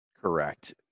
Correct